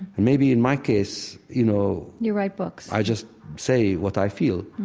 and maybe in my case, you know, you write books i just say what i feel.